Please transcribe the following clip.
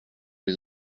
les